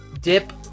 Dip